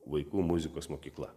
vaikų muzikos mokykla